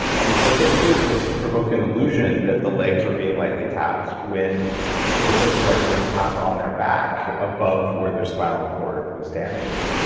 and what they could do is just provoke an illusion that the legs were being lightly tapped when the person is actually being tapped on their back above where their spinal cord was damaged.